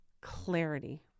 clarity